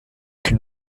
can